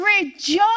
Rejoice